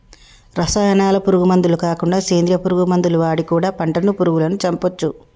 రసాయనాల పురుగు మందులు కాకుండా సేంద్రియ పురుగు మందులు వాడి కూడా పంటను పురుగులను చంపొచ్చు